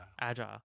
agile